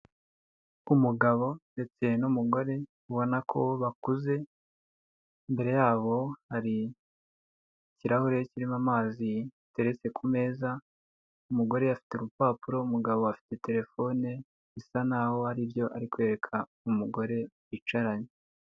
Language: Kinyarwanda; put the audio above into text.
Umugabo ndetse n'umugore ubona ko bakuze, imbere yabo hari ikirahure kirimo amazi giteretse ku meza. Umugore afite urupapuro umugabo afite telefone bisa naho aribyo ari kwereka umugore bicaranye.